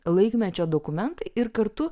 laikmečio dokumentai ir kartu